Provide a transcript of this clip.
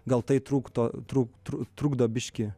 gal tai trūktų trūk trukdo biški